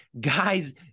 guys